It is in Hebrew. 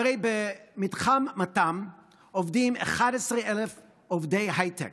הרי במתחם מת"ם עובדים 11,000 עובדי הייטק,